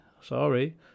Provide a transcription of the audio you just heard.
sorry